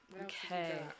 Okay